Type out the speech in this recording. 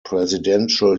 presidential